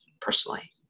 personally